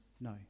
No